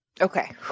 Okay